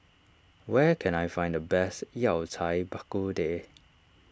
where can I find the best Yao Cai Bak Kut Teh